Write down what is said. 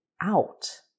out